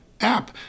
app